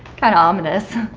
kinda ominous.